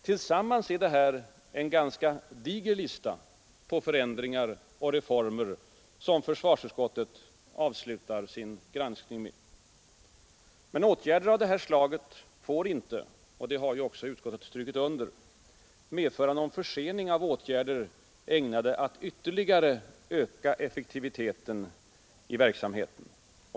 Tillsammans är det en ganska diger lista på förändringar och reformer som försvarsutskottet avslutar sin granskning med. Men åtgärder av det här slaget får inte — och det har ju också utskottet strukit under — medföra någon försening av åtgärder ägnade att ytterligare öka effektiviteten i verksamheten.